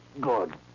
good